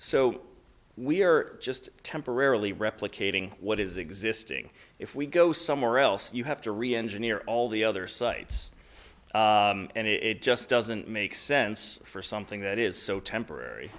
so we're just temporarily replicating what is existing if we go somewhere else you have to reengineer all the other sites and it just doesn't make sense for something that is so temporary